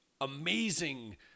amazing